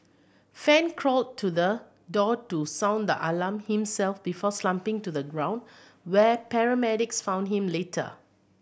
fan crawled to the door to sound the alarm himself before slumping to the ground where paramedics found him later